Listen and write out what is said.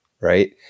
right